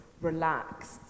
relaxed